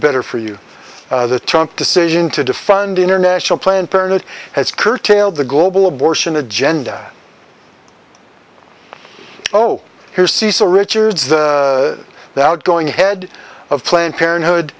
better for you the trunk decision to de fund international planned parenthood has curtailed the global abortion agenda oh here's cecil richards the outgoing head of planned parenthood